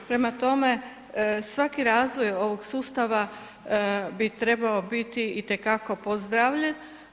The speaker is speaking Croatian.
Prema tome, svaki razvoj ovog sustava bi trebao biti itekako pozdravljen.